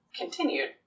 continued